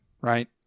Right